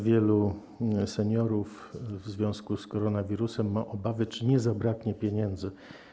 Wielu seniorów w związku z koronawirusem ma obawy, czy nie zabraknie pieniędzy.